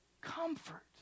comfort